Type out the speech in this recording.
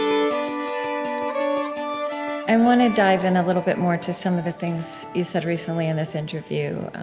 i and want to dive in a little bit more to some of the things you said recently in this interview.